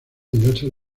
diversas